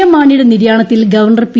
M മാണിയുടെ നിര്യാണത്തിൽ governor P